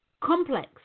complex